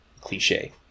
cliche